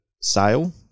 sale